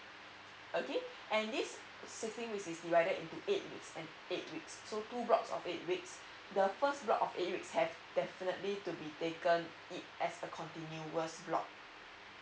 okay and this sixteen weeks is divided into eight weeks so two block of eight weeks the first block of eight weeks have definitely to be taken it as a continuous block